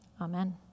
Amen